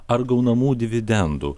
ar gaunamų dividendų